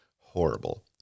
horrible